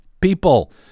people